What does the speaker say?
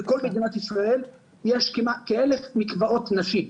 בכל מדינת ישראל יש כאלף מקוואות נשים.